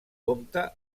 compte